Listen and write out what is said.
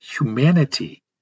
humanity